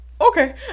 okay